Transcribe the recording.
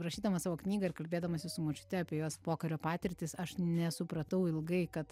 rašydama savo knygą ir kalbėdamasi su močiute apie jos pokario patirtis aš nesupratau ilgai kad